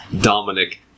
Dominic